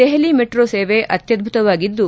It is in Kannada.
ದೆಹಲಿ ಮೆಟ್ರೋ ಸೇವೆ ಅತ್ಯಧ್ವುತವಾಗಿದ್ದು